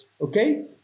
Okay